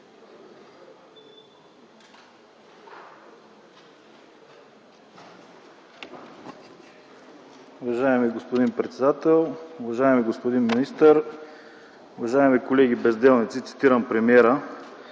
Уважаеми господин председател, уважаеми господин министър, уважаеми колеги „безделници” – цитирам премиера!